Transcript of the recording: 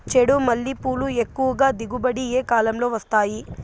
చెండుమల్లి పూలు ఎక్కువగా దిగుబడి ఏ కాలంలో వస్తాయి